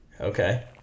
Okay